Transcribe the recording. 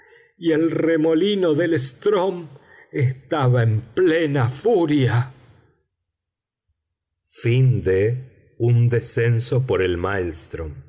y el remolino del strm estaba en plena furia